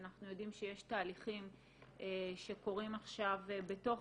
אנחנו יודעים שיש תהליכים שקורים עכשיו בתוך